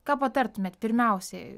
ką patartumėt pirmiausiai